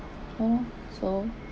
ya lor so